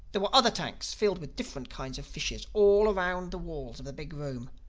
there were other tanks filled with different kinds of fishes all round the walls of the big room.